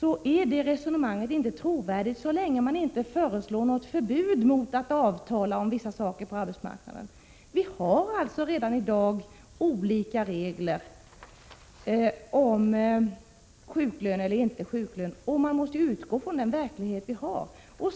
är inte resonemanget trovärdigt så länge man inte föreslår något förbud mot att avtala om vissa saker på arbetsmarknaden. Vi har alltså redan i dag olika regler om sjuklön eller icke sjuklön. Man måste utgå från den verklighet som vi har.